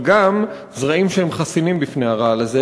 אבל גם זרעים שהם חסינים בפני הרעל הזה.